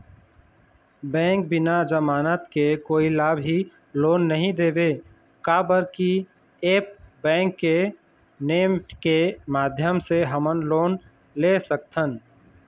Bank बिना जमानत के कोई ला भी लोन नहीं देवे का बर की ऐप बैंक के नेम के माध्यम से हमन लोन ले सकथन?